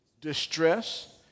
distress